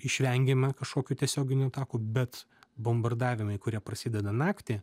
išvengėme kažkokių tiesioginių atakų bet bombardavimai kurie prasideda naktį